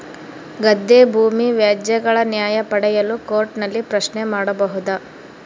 ಗದ್ದೆ ಭೂಮಿ ವ್ಯಾಜ್ಯಗಳ ನ್ಯಾಯ ಪಡೆಯಲು ಕೋರ್ಟ್ ನಲ್ಲಿ ಪ್ರಶ್ನೆ ಮಾಡಬಹುದಾ?